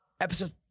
Episode